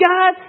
God